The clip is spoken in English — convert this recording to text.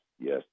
yes